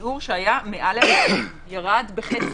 זה היה השלב הראשון עם מה שנפתח שם.